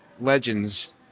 Legends